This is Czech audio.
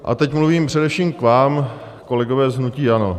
A teď mluvím především k vám, kolegové z hnutí ANO.